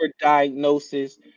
diagnosis